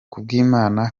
kubwimana